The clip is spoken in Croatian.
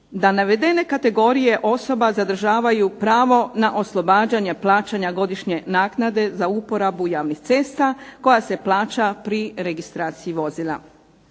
da navedene kategorije osoba zadržavaju pravo na oslobađanje plaćanja godišnje naknade za uporabu javnih cesta koja se plaća pri registraciji vozila.